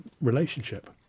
relationship